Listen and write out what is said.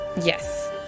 yes